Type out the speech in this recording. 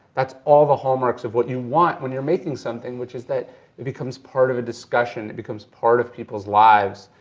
that's all the hallmarks of what you want when you're making something, which is that it becomes part of a discussion, it becomes part of people's lives.